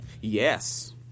yes